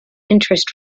interest